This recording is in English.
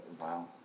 Wow